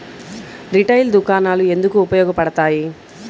Retail దుకాణాలు ఎందుకు ఉపయోగ పడతాయి?